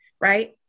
Right